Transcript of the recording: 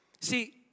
See